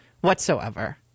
whatsoever